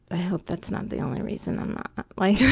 i hope that's not the only reason i'm like